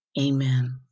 Amen